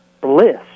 bliss